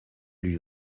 lui